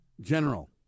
General